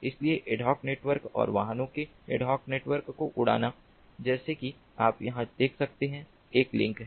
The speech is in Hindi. इसलिए एडहॉक नेटवर्क और वाहनों के एडहॉक नेटवर्क को उड़ाना जैसा कि आप यहां देख सकते हैं एक लिंक है